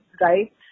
right